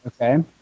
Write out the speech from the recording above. Okay